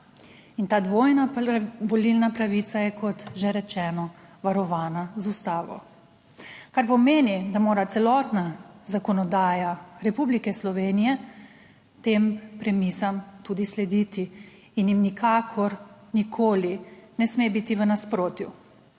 Ta dvojna volilna pravica je, kot že rečeno, varovana z ustavo, kar pomeni, da mora celotna zakonodaja Republike Slovenije tem premisam tudi slediti in jim nikakor, nikoli ne sme biti v nasprotju.